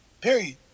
Period